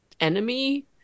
enemy